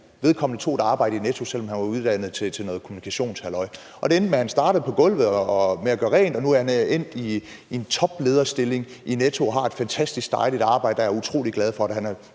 Vedkommende tog et arbejde i Netto, selv om han var uddannet til noget kommunikationshalløj. Han startede på gulvet med at gøre rent, og nu er han endt i en toplederstilling i Netto og har et fantastisk dejligt arbejde, som han er utrolig glad for. Han har